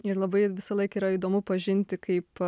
ir labai visąlaik yra įdomu pažinti kaip